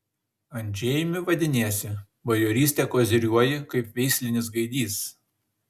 andžejumi vadiniesi bajoryste koziriuoji kaip veislinis gaidys